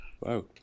Wow